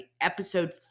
episode